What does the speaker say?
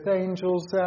angels